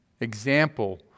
example